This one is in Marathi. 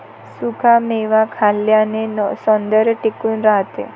सुखा मेवा खाल्ल्याने सौंदर्य टिकून राहते